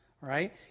right